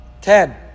Ten